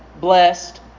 blessed